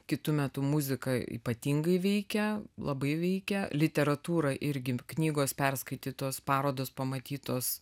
kitu metu muzika ypatingai veikia labai veikia literatūra irgi knygos perskaitytos parodos pamatytos